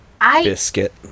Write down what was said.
biscuit